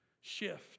shift